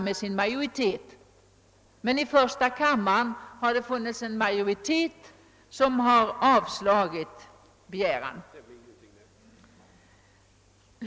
Men i första kammaren har majoriteten avslagit begäran.